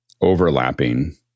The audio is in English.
overlapping